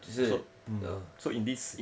只是 oh